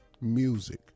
music